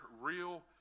real